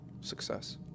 success